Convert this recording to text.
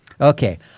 Okay